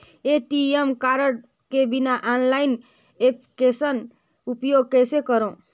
ATM card के बिना online application उपयोग कइसे करो?